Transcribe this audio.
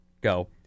go